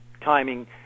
timing